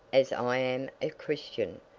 as i am a christian,